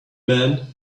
man